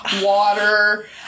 water